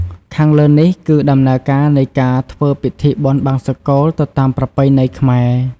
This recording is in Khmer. ខាងលើនេះគឺ ដំណើរការនៃការធ្វើពិធីបុណ្យបង្សុកូល ទៅតាមប្រពៃណីខ្មែរ។